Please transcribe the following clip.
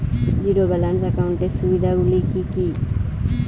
Zero balance একাউন্টের সুবিধা গুলি কি কি?